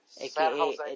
Aka